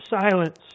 silence